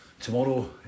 tomorrow